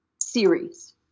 series